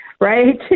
right